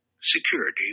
security